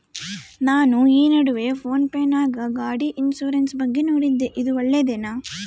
ನಾನು ಈ ನಡುವೆ ಫೋನ್ ಪೇ ನಾಗ ಗಾಡಿ ಇನ್ಸುರೆನ್ಸ್ ಬಗ್ಗೆ ನೋಡಿದ್ದೇ ಇದು ಒಳ್ಳೇದೇನಾ?